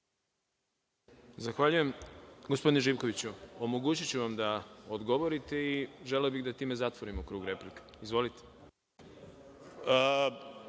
Zahvaljujem. Gospodine Živkoviću, omogućiću vam da odgovorite i želeo bih da time zatvorimo krug replika. Izvolite.